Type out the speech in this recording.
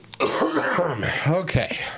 okay